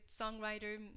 songwriter